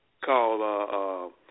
called